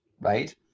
right